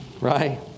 right